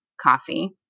coffee